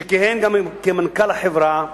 שכיהן גם כמנכ"ל החברה,